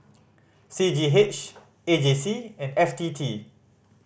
C G H A J C and F T T